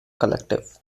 collective